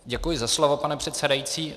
Děkuji za slovo, pane předsedající.